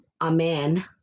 Amen